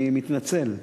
אני מתנצל.